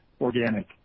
organic